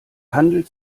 handelt